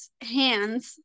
hands